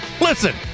Listen